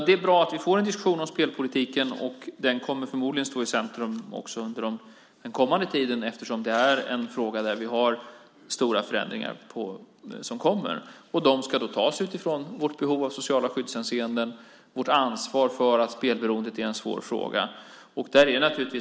Det är bra att vi får en diskussion om spelpolitiken, och den kommer förmodligen att stå i centrum också under den kommande tiden eftersom det är en fråga där det kommer att ske stora förändringar. De ska naturligtvis ske utifrån sociala skyddshänseenden och vårt ansvar för att frågan om spelberoendet är svår.